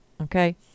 okay